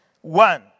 one